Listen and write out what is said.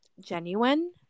genuine